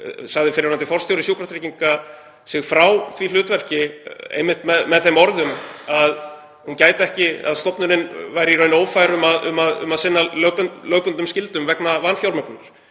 sagði fyrrverandi forstjóri Sjúkratrygginga sig frá því hlutverki einmitt með þeim orðum að stofnunin væri í raun ófær um að sinna lögbundnum skyldum vegna vanfjármögnunar.